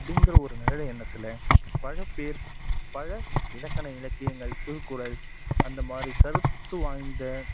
அப்படிங்கற ஒரு நல்ல எண்ணத்தில் பல பேர் பல இலக்கண இலக்கியங்கள் திருக்குறள் அந்த மாதிரி கருத்து வாய்ந்த